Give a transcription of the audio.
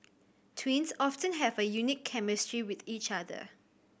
twins often have a unique chemistry with each other